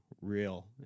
real